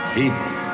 People